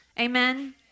Amen